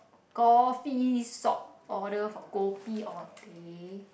coffee shop order for kopi or teh